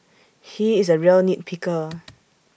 he is A real nit picker